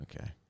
Okay